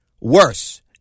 worse